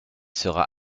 sera